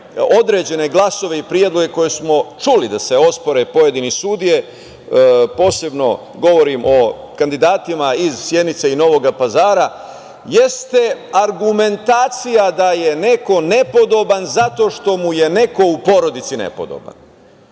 određeni glasovi i predlozi, koje smo čuli, da se ospore pojedine sudije, posebno govorim o kandidatima iz Sjenice i Novog Pazara jeste argumentacija da je neko nepodoban zato što mu je neko u porodici nepodoban